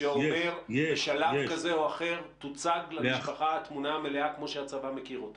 שאומר שבשלב כזזה או אחר תוצג למשפחה התמונה המלאה כמו שהצבא מכיר אותה?